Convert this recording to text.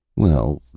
well,